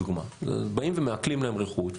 באים ומעקלים להם רכוש.